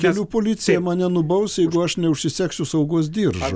kelių policija mane nubaus jeigu aš neužsisegsiu saugos diržo